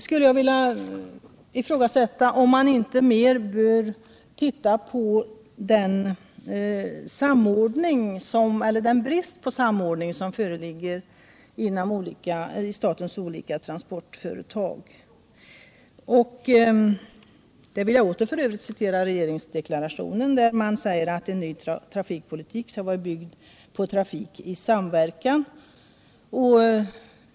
Bör man då inte titta på den samordning eller brist på samordning som föreligger vad beträffar statens olika transportföretag? Jag vill återigen åberopa regeringsdeklarationen, där det heter att en ny trafikpolitik skall vara byggd på trafik i samverkan.